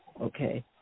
okay